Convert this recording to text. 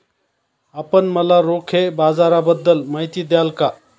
आपण मला रोखे बाजाराबद्दल माहिती द्याल का?